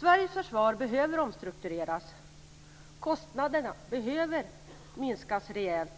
Sveriges försvar behöver omstruktureras. kostnaderna behöver minskas rejält.